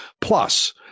plus